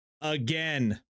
again